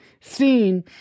seen